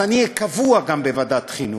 אז אני אהיה קבוע בוועדת חינוך.